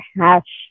hash